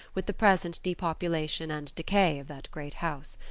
with the present depopulation and decay of that great house.